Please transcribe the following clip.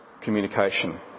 communication